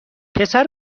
پسر